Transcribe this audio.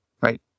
right